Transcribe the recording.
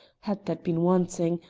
had that been wanting,